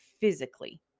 physically